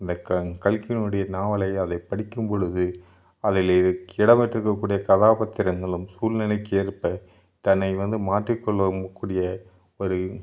இந்த க கல்கியினுடைய நாவலை அதை படிக்கும்பொழுது அதில் இடம்பெற்றுக்க கூடிய கதாப்பாத்திரங்களும் சூழ்நிலைக்கு ஏற்ப தன்னை வந்து மாற்றிக் கொள்ளக்கூடிய ஒரு